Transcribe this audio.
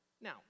Now